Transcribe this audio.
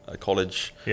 college